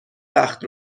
وقت